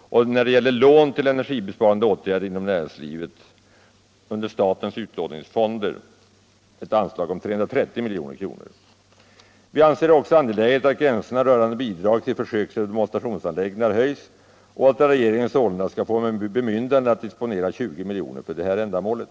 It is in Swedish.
och när det gäller Lån till energibesparande åtgärder inom näringslivet ett investeringsanslag av 330 milj.kr. under statens utlåningsfonder. Vi anser det även angeläget att gränserna rörande bidrag till försök med demonstrationsanläggningar höjs och att regeringen sålunda skall få bemyndigande att disponera 20 milj.kr. för detta ändamål.